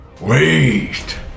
Wait